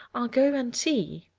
i'll go and see.